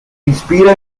inspira